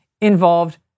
involved